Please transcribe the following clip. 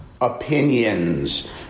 opinions